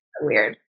Weird